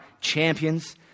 champions